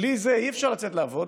בלי זה אי-אפשר לצאת לעבוד.